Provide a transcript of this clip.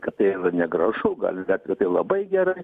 kad tai negražu galim vertint kad tai labai gerai